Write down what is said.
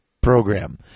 program